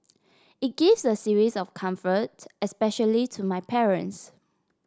it gives a series of comfort especially to my parents